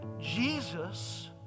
Jesus